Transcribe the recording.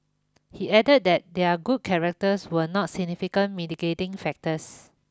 he added that their good characters were not significant mitigating factors